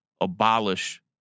abolish